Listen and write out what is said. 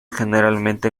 generalmente